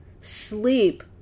sleep